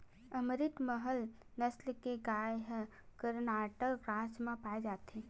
अमरितमहल नसल के गाय ह करनाटक राज म पाए जाथे